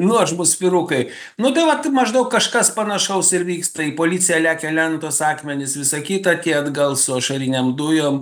nuožmūs vyrukai nu tai vat maždaug kažkas panašaus ir vyksta į policiją lekia lentos akmenys visa kita tie atgal su ašarinėm dujom